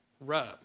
rub